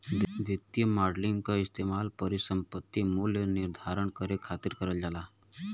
वित्तीय मॉडलिंग क इस्तेमाल परिसंपत्ति मूल्य निर्धारण करे खातिर करल जाला